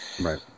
Right